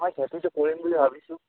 হয় খেতিটো কৰিম বুলি ভাবিছোঁ